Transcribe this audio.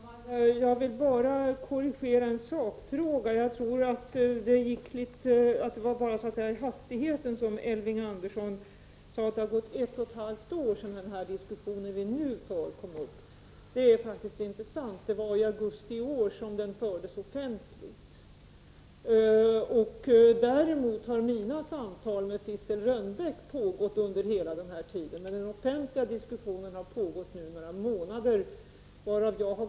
Herr talman! Jag vill bara korrigera Elving Andersson i sak. Jag förmodar att det berodde på hastigheten att Elving Andersson sade att det gått ett och ett halvt år sedan den diskussion vi nu för först kom upp. Det är faktiskt inte sant. Det var augusti i år som den fördes offentligt. Däremot har mina samtal med Sissel Rgnbeck pågått under hela denna tid, men den offentliga diskussionen har nu pågått i några månader. Under den tiden har jag varit sjuk en månad.